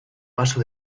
vaso